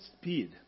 speed